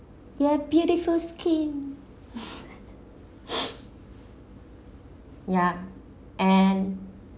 they're beautiful skin yup and